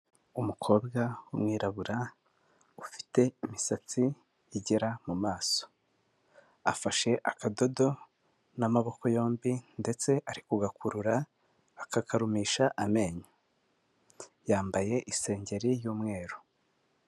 Umukobwa w'umwirabura ufite imisatsi igera mu maso afashe akadodo n'amaboko yombi ndetse ari kugakurura akakarumisha amenyo, yambaye isengeri y'umweru.